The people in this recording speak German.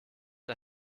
der